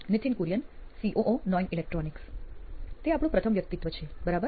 Nithin Kurian COO નોઇન electronics તે આપણું પ્રથમ વ્યકિતત્વ છે બરાબર